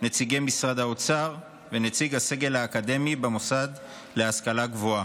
נציגי משרד האוצר ונציג הסגל האקדמי במוסד להשכלה גבוהה.